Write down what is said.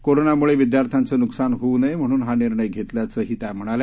कोरोनामुळे विद्यार्थ्यांचं नुकसान होऊ नये म्हणून हा निर्णय घेतल्याचं त्यांनी सांगितलं